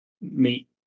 meet